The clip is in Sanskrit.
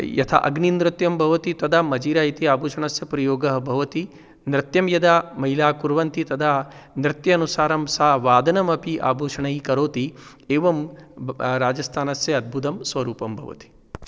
यथा अग्निन्नृत्यं भवति तदा मजिरा इति आभूषणस्य प्रयोगः भवति नृत्यं यदा महिलाः कुर्वन्ति तदा नृत्य अनुसारं सा वादनमपि आभूषणैः करोति एवं राजस्थानस्य अद्भुतं स्वरूपं भवति